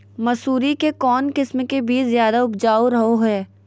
मसूरी के कौन किस्म के बीच ज्यादा उपजाऊ रहो हय?